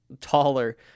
taller